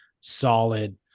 solid